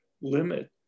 limit